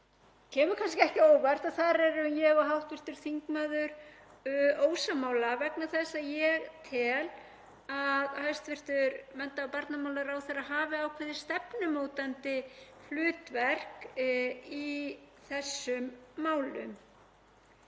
kemur kannski ekki á óvart að þar eru ég og hv. þingmaður ósammála, vegna þess að ég tel að hæstv. mennta- og barnamálaráðherra hafi ákveðið stefnumótandi hlutverk í þessum málum.